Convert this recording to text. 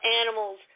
animals